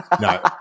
No